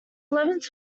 eleventh